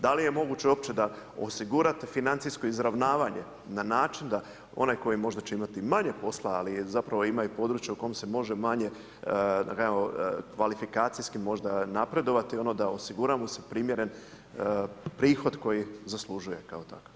Da li je moguće uopće da osigurate financijsko izravnavanje na način da onaj koji će možda imati manje posla ali zapravo ima i područja u kom se može manje kvalifikacijski možda napredovati, da osiguramo primjeren prihod koji zaslužuje kao takav?